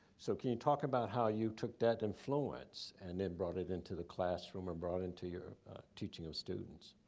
so can you talk about how you took that influence and then brought it into the classroom, or brought into your teaching of students?